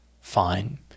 fine